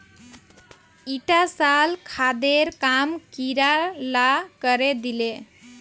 ईटा साल खादेर काम कीड़ा ला करे दिले